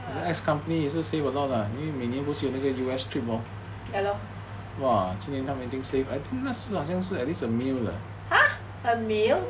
!huh!